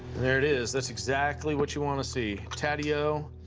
there it is. that's exactly what you want to see. tadeo,